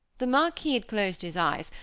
the marquis had closed his eyes,